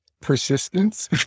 Persistence